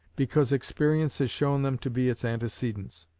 because experience has shown them to be its antecedents.